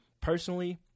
personally